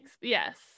yes